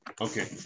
Okay